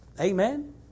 Amen